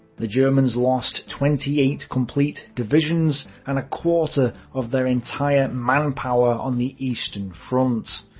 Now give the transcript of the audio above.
the germans lost twenty eight complete divisions and a quarter of their entire manpower on the eastern front.